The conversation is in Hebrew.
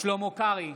שלמה קרעי,